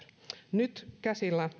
nyt käsillä